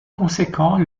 conséquent